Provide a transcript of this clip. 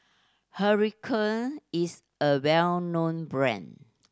Hiruscar is a well known brand